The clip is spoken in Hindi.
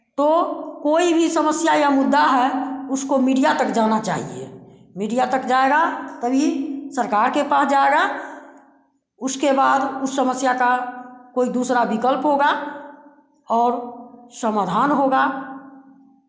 तो कोई भी समस्या या मुद्दा है उसको मीडिया तक जाना चाहिए मीडिया तक जाएगा तभी सरकार के पास जाएगा उसके बाद उस समस्या का कोई दूसरा विकल्प होगा और समाधान होगा